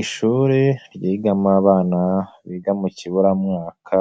Ishuri ryigamo abana biga mu kiburamwaka,